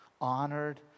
honored